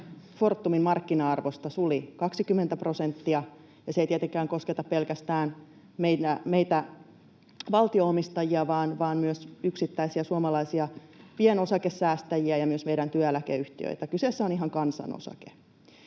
Fortumin markkina-arvosta suli 20 prosenttia, ja se ei tietenkään kosketa pelkästään meitä valtio-omistajia vaan myös yksittäisiä suomalaisia pienosakesäästäjiä ja myös meidän työeläkeyhtiöitä. Kyseessä on ihan kansanosake.